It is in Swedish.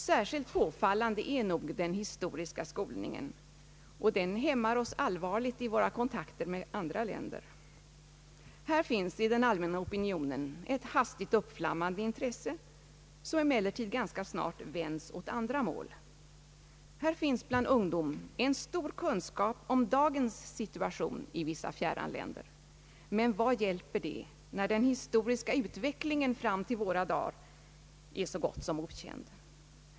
Särskilt påfallande är nog den nedbantade historiska skolningen, och den hämmar oss allvarligt i våra kontakter med andra länder. Här finns i den allmänna opinionen ett hastigt uppflammande intresse, som emellertid ganska snart vänds mot andra mål. Här finns bland ungdom en stor kunskap om dagens situation i vissa fjärran länder, men vad hjälper det, när den historiska utvecklingen fram till våra dagar är så gott som okänd.